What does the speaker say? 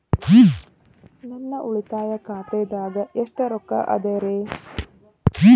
ನನ್ನ ಉಳಿತಾಯ ಖಾತಾದಾಗ ಎಷ್ಟ ರೊಕ್ಕ ಅದ ರೇ?